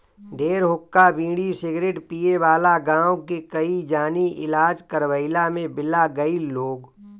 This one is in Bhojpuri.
ढेर हुक्का, बीड़ी, सिगरेट पिए वाला गांव के कई जानी इलाज करवइला में बिला गईल लोग